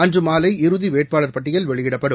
அன்றுமாலை இறுதிவேட்பாளர் பட்டியல் வெளியிடப்படும்